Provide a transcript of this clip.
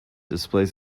displays